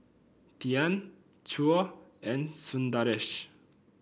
Dhyan Choor and Sundaresh